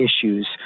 issues